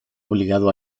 obligado